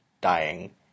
dying